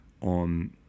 on